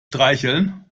streicheln